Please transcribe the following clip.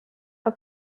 her